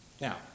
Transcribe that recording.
Now